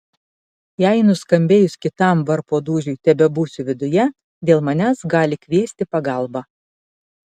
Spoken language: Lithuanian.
jei nuskambėjus kitam varpo dūžiui tebebūsiu viduje dėl manęs gali kviesti pagalbą